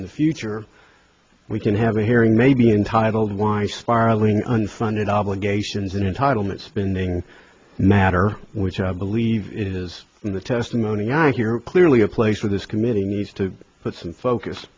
in the future we can have a hearing maybe entitled why spiraling unfunded obligations and entitlement spending matter which i believe is in the testimony i hear clearly a place where this committee needs to put some focus